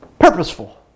Purposeful